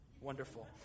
wonderful